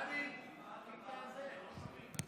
זאת שעה היסטורית,